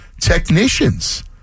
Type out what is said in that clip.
technicians